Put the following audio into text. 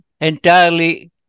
entirely